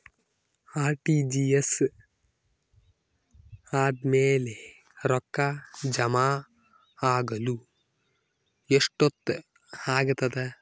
RTGS ಆದ್ಮೇಲೆ ರೊಕ್ಕ ಜಮಾ ಆಗಲು ಎಷ್ಟೊತ್ ಆಗತದ?